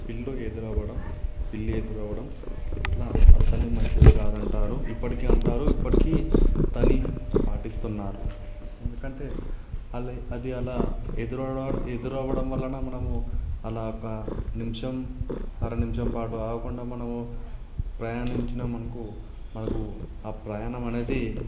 పిల్లి ఎదురవ్వడం పిల్లి ఎదురవ్వడం ఇలా అసలు మంచిది కాదు అంటారు ఇప్పటికీ అంటారు ఇప్పటికీ దాన్ని పాటిస్తున్నారు ఎందుకంటే అది అలా ఎదురవ ఎదురవ్వడం వలన మనము అలా ఒక నిమిషం ఆరు నిమిషం పాటు ఆగకుండా మనము ప్రయాణించిన మనకు మనకు ఆ ప్రయాణం అనేది